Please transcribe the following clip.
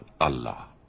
Allah